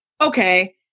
okay